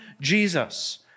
Jesus